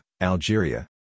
Algeria